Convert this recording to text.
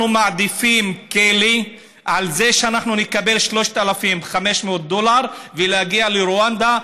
אנחנו מעדיפים כלא על זה שנקבל 3,500 דולר ולהגיע לרואנדה,